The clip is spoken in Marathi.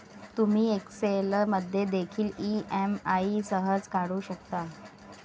तुम्ही एक्सेल मध्ये देखील ई.एम.आई सहज काढू शकता